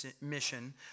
mission